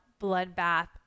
bloodbath